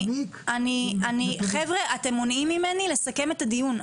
אתם מונעים ממני לסכם את הדיון,